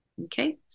Okay